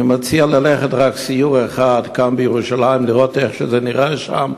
אני מציע ללכת לסיור אחד בירושלים כדי לראות איך זה נראה שם.